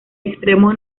extremo